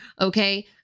okay